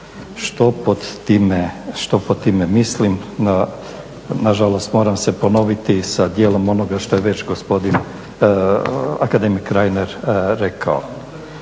što pod time mislim? Nažalost moram se ponoviti sa djelom onoga što je već gospodin akademik Reiner rekao.